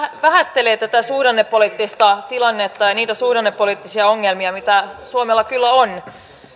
vähättelee tätä suhdannepoliittista tilannetta ja ja niitä suhdannepoliittisia ongelmia mitä suomella kyllä on